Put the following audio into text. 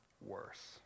worse